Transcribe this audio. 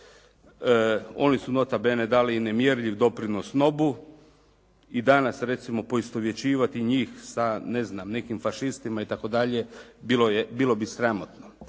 Oni su nota bene dali nemjerljiv doprinos NOB-u i danas recimo poistovjećivati njih sa nekim ne znam fašistima itd. bilo bi sramotno.